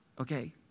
Okay